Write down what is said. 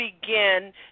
begin